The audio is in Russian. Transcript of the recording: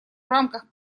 рамках